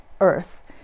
Earth